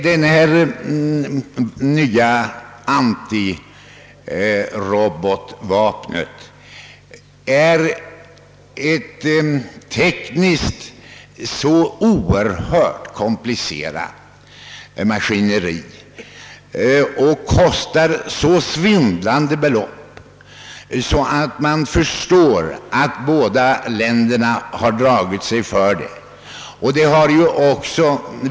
Detta nya antirobotvapen är tekniskt så oerhört komplicerat och kostar så svindlande belopp att man förstår att båda länderna har dragit sig för att framställa dem.